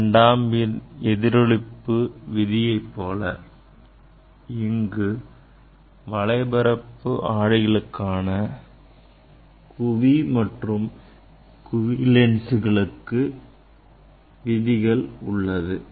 இரண்டாம் எதிரொளிப்பு விதியைப் போல இங்கு வளைபரப்பு ஆடிகளான குவி மற்றும் குழி லென்ஸ் களுக்கு விதிகள் உள்ளது